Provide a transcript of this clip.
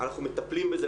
אנחנו מטפלים בזה.